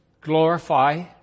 Glorify